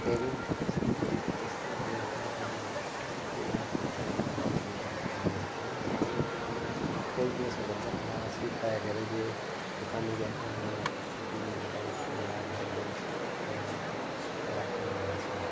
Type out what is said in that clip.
पहिरीं जी परिस्थिती अॼु जी परिस्थिती में विज्ञापन ल जे लाइ पुठियां खां जामु तरीक़ा सुठा आहिनि पहिरीं छा हूंदो हो कोई बि असां धंधो कंदा हुयासीं त घर जे दुकान जे अॻियां या कुझु बि एडवरटाइज़ करण लाइ बोर्ड या कुझु अहिड़ा कंदा हुआसीं